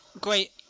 great